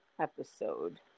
episode